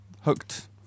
hooked